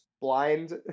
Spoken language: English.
blind